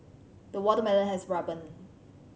the watermelon has ripened